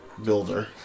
Builder